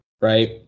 right